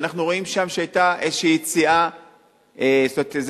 ואנחנו רואים שהיתה שם איזו יציאה,